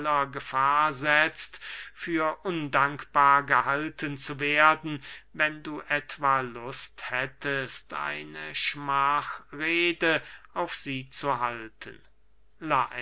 gefahr setzt für undankbar gehalten zu werden wenn du etwa lust hättest eine schmachrede auf sie zu halten